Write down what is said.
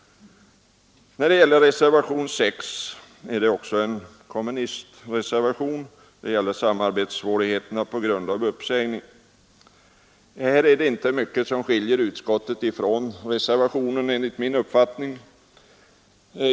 Reservationen 6 av herr Hallgren gäller samarbetssvårigheter som grund för uppsägning. Här är det enligt min mening inte stora skiljaktigheter mellan utskottet och reservationen.